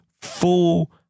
full